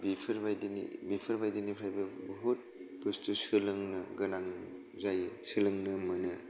बेफोर बायदि निफ्रायबो बहुद बुस्थु सोलोंनो गोनां जायो सोलोंनो मोनो